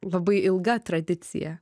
labai ilga tradicija